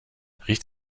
riecht